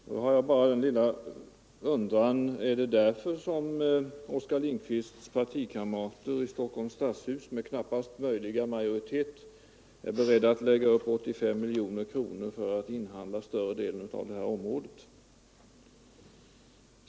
Då undrar jag bara om det är därför som herr Lindkvists partikamrater i Stockholms stadshus med knappast möjliga majoritet är beredda att lägga upp 85 miljoner kronor för att inhandla större delen av det här området.